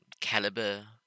caliber